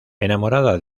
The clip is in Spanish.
enamorada